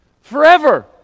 forever